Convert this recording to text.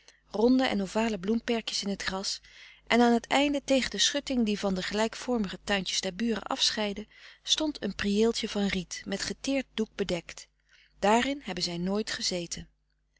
ronde en ovale bloemperkjes in t gras en aan t einde tegen de schutting die van de gelijkvormige tuintjes der buren afscheidde stond een prieeltje van riet frederik van eeden van de koele meren des doods met geteerd doek bedekt daarin hebben zij nooit gezeten